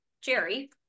Jerry